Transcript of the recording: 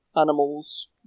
animals